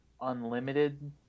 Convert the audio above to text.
unlimited